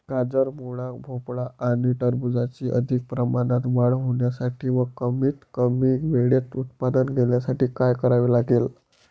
गाजर, मुळा, भोपळा आणि टरबूजाची अधिक प्रमाणात वाढ होण्यासाठी व कमीत कमी वेळेत उत्पादन घेण्यासाठी काय करावे लागेल?